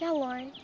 ah lauren,